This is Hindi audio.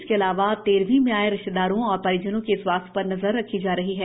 इसके अलावा तेरहवी में आये रिश्तेदारों और परिजनों के स्वास्थ्य पर नजर रखी जा रही है